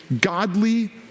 godly